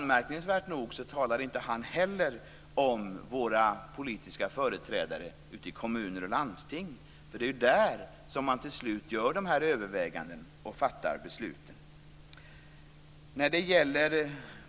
Anmärkningsvärt nog talar inte heller han om de politiska företrädarna ute i kommuner och landsting. Det är ju där som man till slut gör de här övervägandena och fattar besluten.